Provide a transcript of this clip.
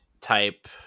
type